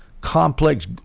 complex